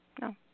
no